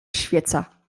świeca